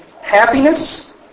happiness